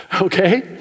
okay